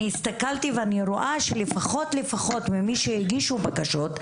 אני הסתכלתי ואני רואה שלפחות ממי שהגישו בקשות,